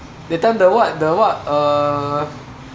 that time the what the what uh